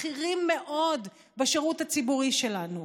בכירים מאוד בשירות הציבורי שלנו,